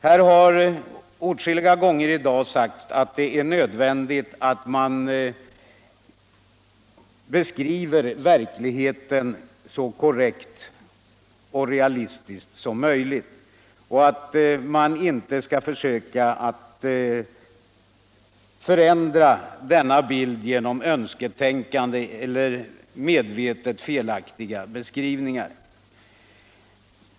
Här har åtskilliga gånger i dag sagts att det är nödvändigt att man beskriver verkligheten så korrekt och realistiskt som möjligt och att man inte skall försöka att förändra denna bild genom önsketänkande eller medvetet felaktig återgivning.